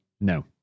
No